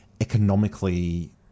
economically